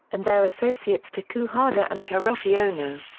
and their associates taku hada and hiroshi ono.